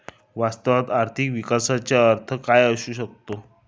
वास्तवात आर्थिक विकासाचा अर्थ काय असू शकतो?